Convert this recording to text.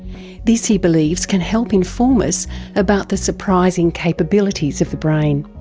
this he believes can help inform us about the surprising capabilities of the brain.